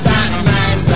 Batman